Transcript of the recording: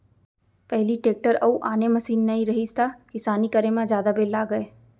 पहिली टेक्टर अउ आने मसीन नइ रहिस त किसानी करे म जादा बेर लागय